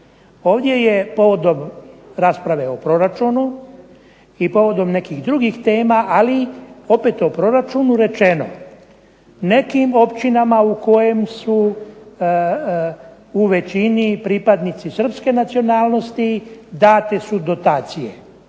Ovdje je povodom rasprave o proračunu i povodom nekih drugih tema, ali opet o proračunu rečeno, nekim općinama u kojima su u većini pripadnici Srpske nacionalnosti date su dotacije.